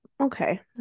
Okay